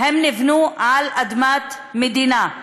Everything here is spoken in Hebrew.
נבנו על אדמת מדינה,